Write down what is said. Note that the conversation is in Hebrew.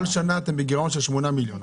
בכל שנה אתם בגירעון של 8 מיליון שקל.